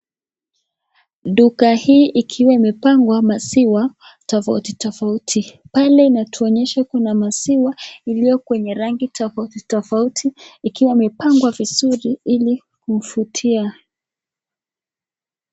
Duka hii ikiwa imepangwa masiwa, tofauti tofauti, pale inatuonyesha kuna masiwa, ilio kwenye rangi tofauti tofauti, ikiwa imepangwa vizuri, ili, kufutia.